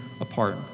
apart